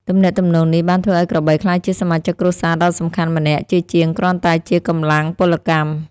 ទំនាក់ទំនងនេះបានធ្វើឱ្យក្របីក្លាយជាសមាជិកគ្រួសារដ៏សំខាន់ម្នាក់ ជាជាងគ្រាន់តែជាកម្លាំងពលកម្ម។